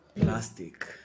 Plastic